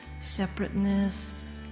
separateness